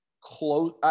close